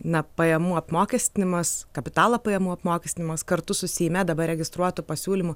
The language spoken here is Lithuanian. na pajamų apmokestinimas kapitalo pajamų apmokestinimas kartu su seime dabar registruotu pasiūlymu